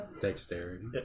Dexterity